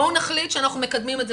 בואו נחליט שאנחנו מקדמים את זה,